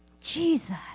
Jesus